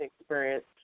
experience